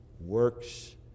works